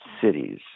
cities